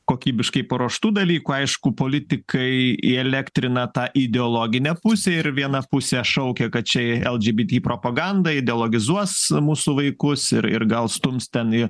kokybiškai paruoštų dalykų aišku politikai įelektrina tą ideologinę pusę ir viena pusė šaukia kad čia lgbt propaganda ideologizuos mūsų vaikus ir ir gal stums ten į